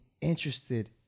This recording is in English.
interested